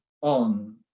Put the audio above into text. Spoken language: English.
on